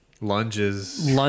lunges